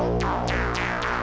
oh wow